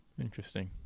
Interesting